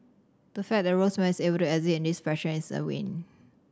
the fact that Rosemary is exit in this fashion is a win